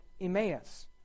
Emmaus